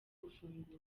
gufungurwa